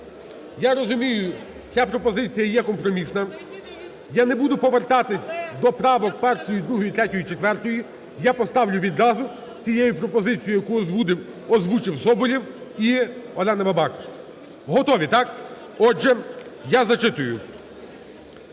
Я розумію, ця пропозиція є компромісна. Я не буду повертатися до правок 1-ї, 2-ї, 3-ї, 4-ї. Я поставлю відразу з цією пропозицією, яку озвучив Соболєв і Олена Бабак. Готові, так? Отже, я зачитую.